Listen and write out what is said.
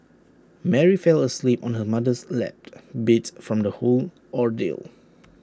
Mary fell asleep on her mother's lap beat from the whole ordeal